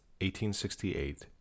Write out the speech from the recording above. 1868